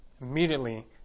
immediately